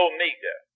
Omega